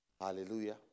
Hallelujah